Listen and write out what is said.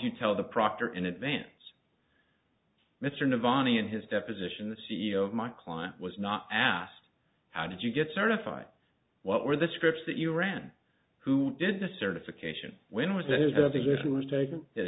you tell the proctor in advance mr nivana in his deposition the c e o my client was not asked how did you get certified what were the scripts that you ran who did the certification when was that his